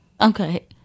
Okay